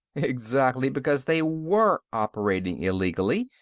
exactly because they were operating illegally,